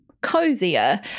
Cozier